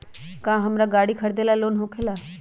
का हमरा गारी खरीदेला लोन होकेला?